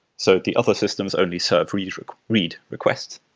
so the other systems only serve read read requests.